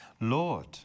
Lord